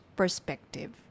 perspective